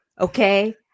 Okay